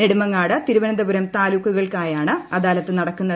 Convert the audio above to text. നെടുമങ്ങാട് തിരുവന്തപുരം താലൂക്കുകൾക്കായാണ് അദാലത്ത് നടക്കുന്നത്